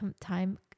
time